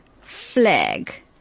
flag